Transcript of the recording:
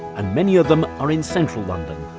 and many of them are in central london,